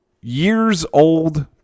years-old